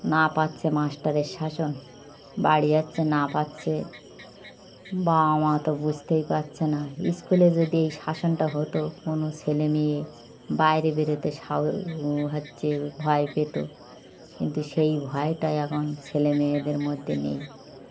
না পাচ্ছে মাস্টারের শাসন বাড়ি যাচ্ছে না পাচ্ছে বাবা মা তো বুঝতেই পারছে না স্কুলে যদি এই শাসনটা হতো কোনো ছেলেমেয়ে বাইরে বেরোতে সাহস হচ্ছে ভয় পেতো কিন্তু সেই ভয়টাই এখন ছেলেমেয়েদের মধ্যে নেই